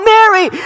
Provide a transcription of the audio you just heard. Mary